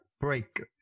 break